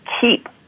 keep